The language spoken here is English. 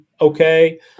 Okay